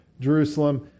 Jerusalem